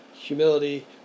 humility